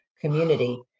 community